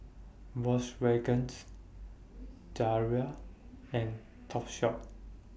Volkswagen's Zalia and Topshop